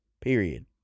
Period